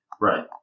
right